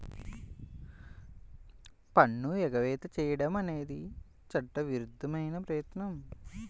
పన్ను ఎగవేత చేయడం అనేది చట్టవిరుద్ధమైన ప్రయత్నం